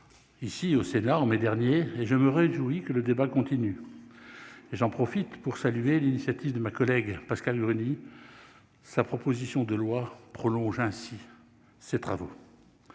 ici au Sénat en mai dernier et je me réjouis que le débat continue, j'en profite pour saluer l'initiative de ma collègue Pascale Gruny, sa proposition de loi prolonge ainsi ces travaux